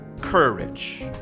courage